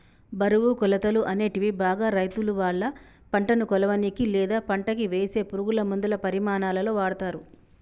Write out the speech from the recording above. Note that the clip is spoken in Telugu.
బరువు, కొలతలు, అనేటివి బాగా రైతులువాళ్ళ పంటను కొలవనీకి, లేదా పంటకివేసే పురుగులమందుల పరిమాణాలలో వాడతరు